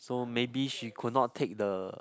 so maybe she could not take the